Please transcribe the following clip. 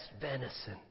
venison